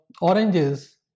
oranges